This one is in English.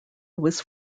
was